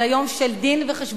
אלא יום של דין-וחשבון.